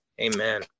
amen